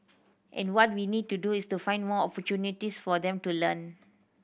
and what we need to do is to find more opportunities for them to learn